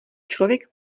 člověk